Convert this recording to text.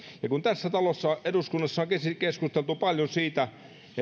tässä talossa eduskunnassa on keskusteltu paljon siitä